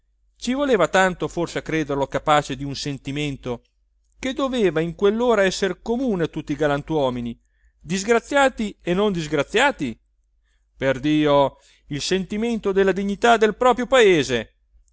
ci voleva tanto forse a crederlo capace di un sentimento che doveva in quellora esser comune a tutti i galantuomini disgraziati e non disgraziati perdio il sentimento della dignità del proprio paese